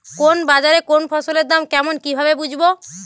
কোন বাজারে কোন ফসলের দাম কেমন কি ভাবে বুঝব?